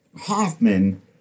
Hoffman